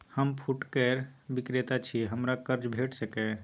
हम फुटकर विक्रेता छी, हमरा कर्ज भेट सकै ये?